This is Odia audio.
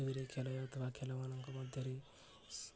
ଟିଭିରେ ଖେଳ ଯାଉଥିବା ଖେଳମାନଙ୍କ ମଧ୍ୟରେ